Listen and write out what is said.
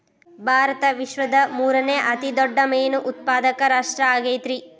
ಭಾರತ ವಿಶ್ವದ ಮೂರನೇ ಅತಿ ದೊಡ್ಡ ಮೇನು ಉತ್ಪಾದಕ ರಾಷ್ಟ್ರ ಆಗೈತ್ರಿ